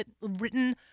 written